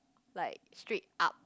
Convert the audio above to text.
like straight up